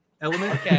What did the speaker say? element